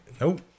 nope